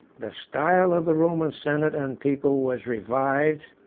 the style of the roman senate and people was revived,